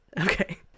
Okay